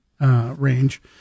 range